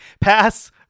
pass